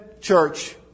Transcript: church